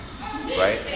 right